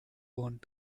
want